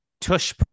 Tush